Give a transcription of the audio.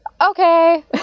okay